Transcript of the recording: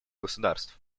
государств